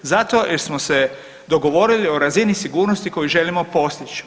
Zato jer smo se dogovorili o razini sigurnosti koju želimo postići.